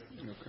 Okay